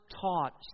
taught